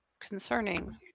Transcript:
concerning